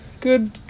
good